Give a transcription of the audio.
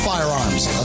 Firearms